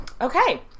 Okay